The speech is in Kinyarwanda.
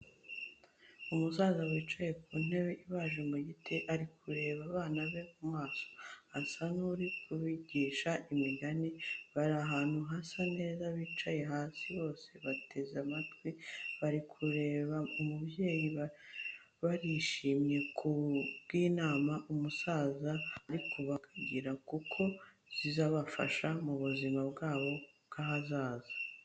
Umusaza wicaye ku ntebe ibaje mu giti, ari kureba abana be mu maso. Asa n’uri kubigisha imigani, bari ahantu hasa neza bicaye hasi bose bateze amatwi, bari kureba umubyeyi, barishimye ku bw'inama umusaza ari kubagira kuko zizabafasha mu buzima bwabo bw'ahazaza.